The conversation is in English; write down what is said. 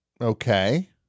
Okay